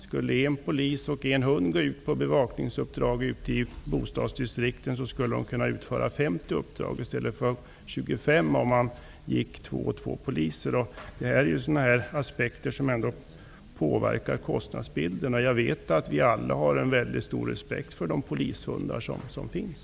Skulle dessa poliser med hundar gå ut på bevakningsuppdrag ute i bostadsdistrikten, kunde de utföra 50 uppdrag i stället för 25 om poliserna gick två och två. Sådana aspekter påverkar kostnadsbilden. Jag vet att vi alla har en väldigt stor respekt för de polishundar som finns.